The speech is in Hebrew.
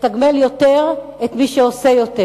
לתגמל יותר את מי שעושה יותר,